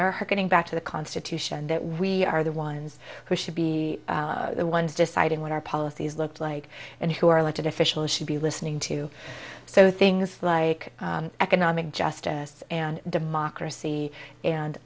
are getting back to the constitution that we are the ones who should be the ones deciding what our policies looked like and who are elected officials should be listening to so things like economic justice and democracy and